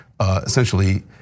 essentially